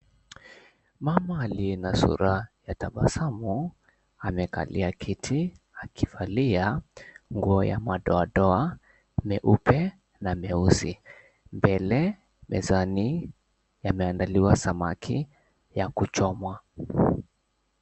Mama aliye na sura ya tabasamu amekalia kiti akivalia nguo ya madoadoa meupe na meusi. Mbele mezani yameandaliwa samaki ya kuchomwa.